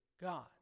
God